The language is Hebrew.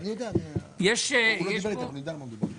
אנחנו רגילים בוועדה שהנושאים האלה של הנוהל,